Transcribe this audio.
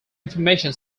information